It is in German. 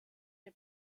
der